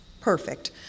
perfect